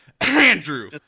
Andrew